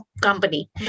company